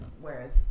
whereas